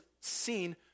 seen